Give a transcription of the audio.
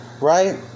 right